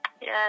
yes